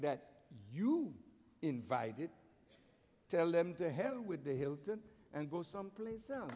that you invited tell them to help with the hilton and go someplace else